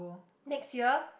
next year